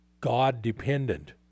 God-dependent